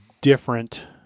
different